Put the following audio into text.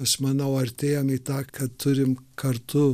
aš manau artėjam į tą kad turim kartu